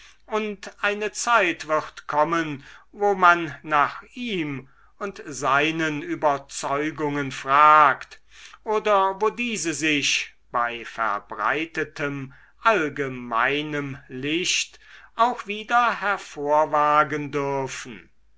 und eine zeit wird kommen wo man nach ihm und seinen überzeugungen fragt oder wo diese sich bei verbreitetem allgemeinem licht auch wieder hervorwagen dürfen